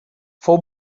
fou